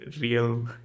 real